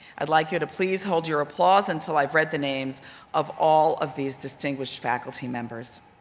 i'd like you to please hold your applause until i've read the names of all of these distinguished faculty members.